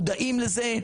מודעים לזה,